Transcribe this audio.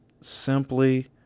simply